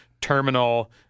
terminal